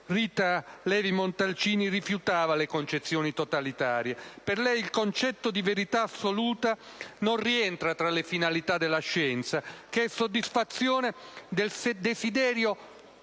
Rita Levi-Montalcini rifiutava le visioni totalitarie: per lei il concetto di verità assoluta non rientra tra le finalità della scienza, che è soddisfazione del desidero perenne di